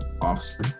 officer